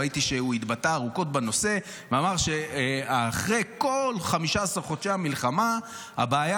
ראיתי שהוא התבטא ארוכות בנושא ואמר שאחרי כל 15 חודשי המלחמה הבעיה